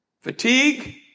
Fatigue